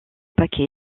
paquets